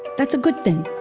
that's a good thing